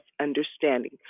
understanding